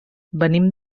venim